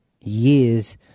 years